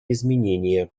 изменения